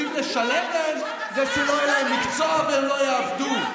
לעצמם ויועצים משפטיים שהם בובות על חוט?